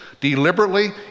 deliberately